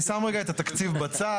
אני שם רגע את התקציב בצד.